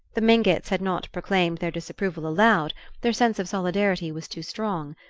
the mingotts had not proclaimed their disapproval aloud their sense of solidarity was too strong.